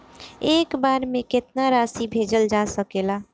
एक बार में केतना राशि भेजल जा सकेला?